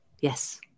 yes